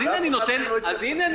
שאף אחד מהם לא --- אז הנה,